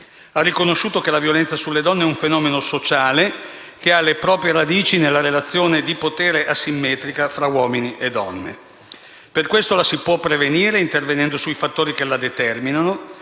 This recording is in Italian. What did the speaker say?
Ha riconosciuto che la violenza sulle donne è un fenomeno sociale che ha le proprie radici nella relazione di potere asimmetrica fra uomini e donne. Per questo la si può prevenire, intervenendo sui fattori che la determinano.